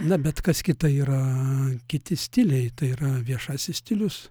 na bet kas kita yra kiti stiliai tai yra viešasis stilius